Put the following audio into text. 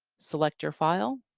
select your file,